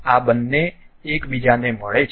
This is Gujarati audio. આ બંને એકબીજાને મળે છે